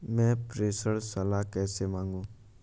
मैं प्रेषण सलाह कैसे मांगूं?